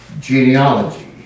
genealogy